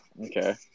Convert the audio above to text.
Okay